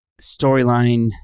storyline